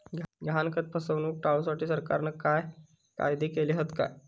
गहाणखत फसवणूक टाळुसाठी सरकारना काय कायदे केले हत काय?